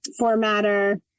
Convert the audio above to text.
formatter